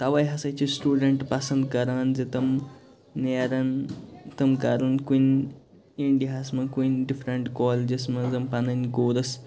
تَوے ہسا چھِ سٹوٗڈَنٛٹ پسنٛد کران زٕ تِم نیرَن تِم کَرَن کُنہِ اِنٛڈِیا ہَس منٛز کُنہِ ڈِفریٚنٛٹ کالِجَس منٛز پَنٕنٛۍ کورس